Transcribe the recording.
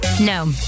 No